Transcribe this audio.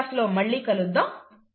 వచ్చే తరగతి లో మళ్లీ కలుద్దాం